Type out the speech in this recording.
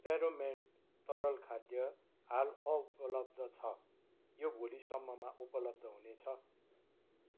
प्यारामेन्ट तरल खाद्य हाल अनुपलब्ध छ यो भोलिसम्ममा उपलब्ध हुनेछ